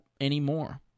anymore